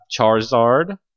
Charizard